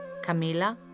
Camila